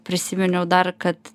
prisiminiau dar kad